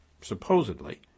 supposedly